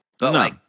No